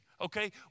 okay